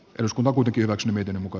ruskomopunikillaksi miten muka